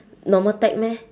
normal tech meh